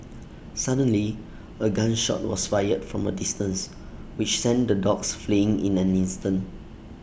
suddenly A gun shot was fired from A distance which sent the dogs fleeing in an instant